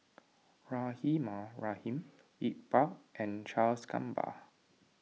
Rahimah Rahim Iqbal and Charles Gamba